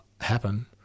happen